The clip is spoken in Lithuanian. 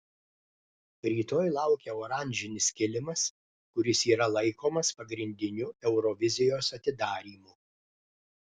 rytoj laukia oranžinis kilimas kuris yra laikomas pagrindiniu eurovizijos atidarymu